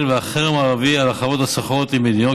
והחרם הערבי על החברות הסוחרות עם המדינה.